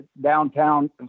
downtown